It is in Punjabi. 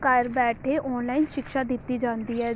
ਘਰ ਬੈਠੇ ਔਨਲਾਈਨ ਸ਼ਿਕਸ਼ਾ ਦਿੱਤੀ ਜਾਂਦੀ ਹੈ